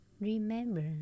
Remember